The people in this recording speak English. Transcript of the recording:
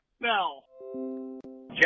bell